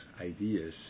ideas